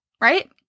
right